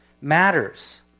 matters